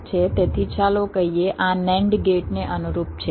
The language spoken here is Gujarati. તેથી ચાલો કહીએ આ NAND ગેટને અનુરૂપ છે